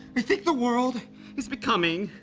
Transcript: i think the world is becoming.